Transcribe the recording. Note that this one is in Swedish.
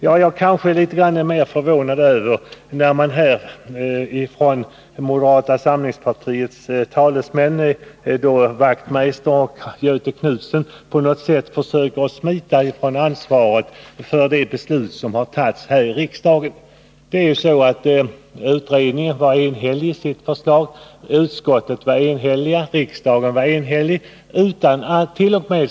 Jag är kanske litet mer förvånad över att moderata samlingspartiets talesmän Hans Wachtmeister och Göthe Knutson på något sätt försöker smita ifrån ansvaret för det beslut som fattats här i riksdagen. Utredningen var enhällig, utskottet var enhälligt och riksdagen var enhällig —t.o.m.